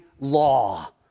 law